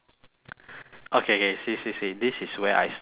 okay K see see see this is where I stop you right here